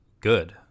Good